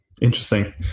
Interesting